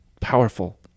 powerful